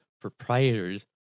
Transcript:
proprietors